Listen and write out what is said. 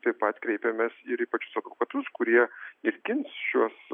taip pat kreipėmės ir į pačius advokatus kurie ir gins šiuos